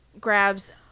grabs